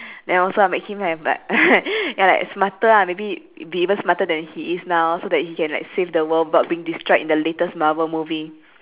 then also I make him have like ya like smarter ah make be even smarter than he is now so that he can like save the world without being destroyed in the latest marvel movie